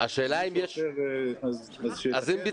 אז שתתקן,